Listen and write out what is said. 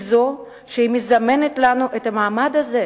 היא זו שמזמנת לנו את המעמד הזה,